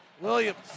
Williams